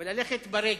וללכת ברגל.